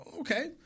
okay